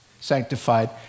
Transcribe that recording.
sanctified